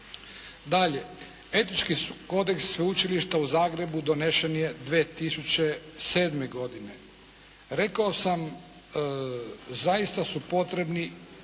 Dalje, Etički kodeks Sveučilišta u Zagrebu donesen je 2007. godine. Rekao sam zaista su potrebni